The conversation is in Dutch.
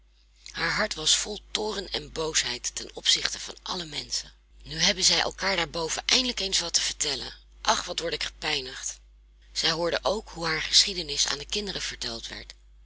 haar hart was vol toorn en boosheid ten opzichte van alle menschen nu hebben zij elkaar daarboven eindelijk eens wat te vertellen ach wat word ik gepijnigd zij hoorde ook hoe haar geschiedenis aan de kinderen verteld werd